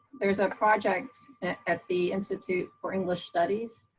there's a project at the institute for english studies